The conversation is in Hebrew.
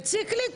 מציק לי?